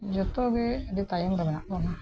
ᱡᱚᱛᱚᱜᱮ ᱟᱹᱰᱤ ᱛᱟᱭᱚᱢ ᱨᱮ ᱢᱮᱱᱟᱜ ᱵᱚᱱᱟ